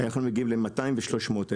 היום אנחנו מגיעים ל-200,000 ו-300,000.